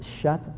shut